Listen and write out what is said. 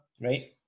Right